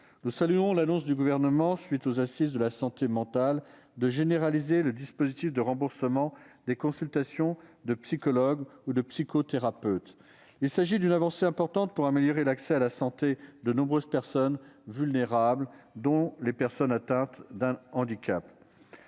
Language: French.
généralisation, annoncée par le Gouvernement, à la suite des Assises de la santé mentale et de la psychiatrie, du remboursement des consultations de psychologue ou de psychothérapeute. Il s'agit d'une avancée importante pour améliorer l'accès à la santé de nombreuses personnes vulnérables, dont celles qui sont atteintes d'un handicap.